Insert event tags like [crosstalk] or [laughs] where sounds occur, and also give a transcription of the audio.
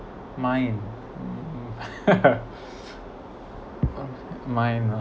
mine mm [laughs] mine ah